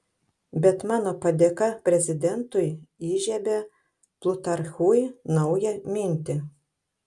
bet mano padėka prezidentui įžiebia plutarchui naują mintį